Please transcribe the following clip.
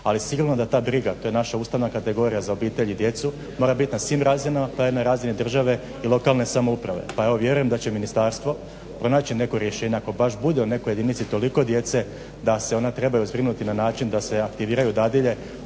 Ali sigurno da ta briga, to je naša ustavna kategorija, za obitelj i djecu mora biti na svim razinama pa i na razini države i lokalne samouprave. Pa evo vjerujem da će ministarstvo pronaći neko rješenje, ako baš bude u nekoj jedinici toliko djece da se ona trebaju zbrinuti na način da se aktiviraju dadilje